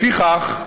לפיכך,